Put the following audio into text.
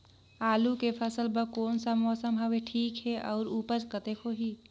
आलू के फसल बर कोन सा मौसम हवे ठीक हे अउर ऊपज कतेक होही?